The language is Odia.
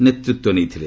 ନେତୃତ୍ୱ ନେଇଥିଲେ